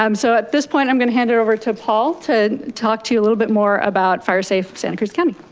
um so at this point, i'm gonna hand it over to paul to talk to you a little bit more about firesafe santa cruz county.